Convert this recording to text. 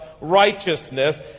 righteousness